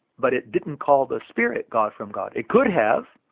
but it didn't call the spirit god from god. it could have,